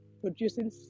producing